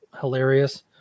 hilarious